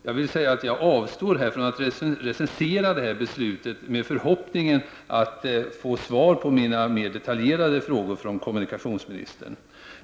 Jag avstår här ifrån att recensera detta beslut med förhoppningen att från kommunikationsministern få svar på mina mer detaljerade frågor.